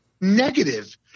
negative